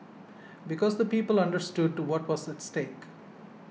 because the people understood what was at stake